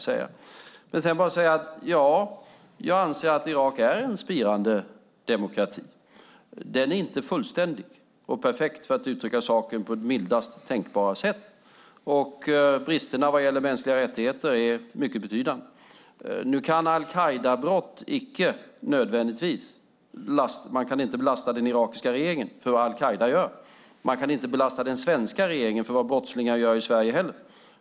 Sedan får jag säga: Ja, jag anser att Irak är en spirande demokrati. Den är inte fullständig och perfekt, för att uttrycka saken på mildast tänkbara sätt. Bristerna vad gäller mänskliga rättigheter är mycket betydande. Nu kan inte den irakiska regeringen belastas för vad al-Qaida gör, och man kan inte heller belasta den svenska regeringen för vad brottslingar i Sverige gör.